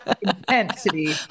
Intensity